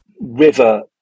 river